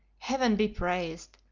heaven be praised!